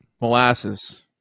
molasses